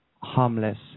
harmless